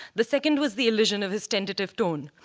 the second was the illusion of his tentative tone.